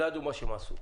הם לא ידעו מה הם עשו.